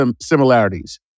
similarities